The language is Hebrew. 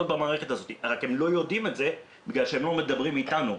הם לא יודעים את זה בגלל שהם לא מדברים איתנו,